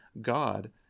God